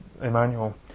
Emmanuel